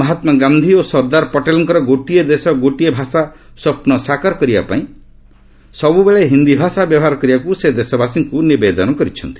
ମହାତ୍ମାଗାନ୍ଧି ଓ ସର୍ଦ୍ଦାର ପଟେଲ୍ଙ୍କର 'ଗୋଟିଏ ଦେଶ ଗୋଟିଏ ଭାଷା' ସ୍ୱପ୍ନ ସାକାର କରିବାପାଇଁ ସବୁବେଳେ ହିନ୍ଦୀ ଭାଷା ବ୍ୟବହାର କରିବାପାଇଁ ସେ ଦେଶବାସୀଙ୍କୁ ନିବେଦନ କରିଛନ୍ତି